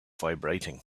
vibrating